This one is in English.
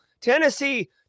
Tennessee